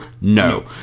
No